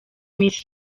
miss